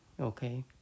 Okay